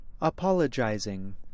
Apologizing